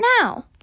now